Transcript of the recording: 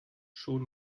schon